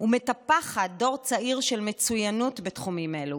ומטפחת דור צעיר של מצוינות בתחומים אלו